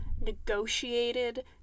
negotiated